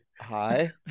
hi